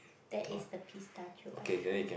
that is the pistachio ice cream